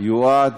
יועד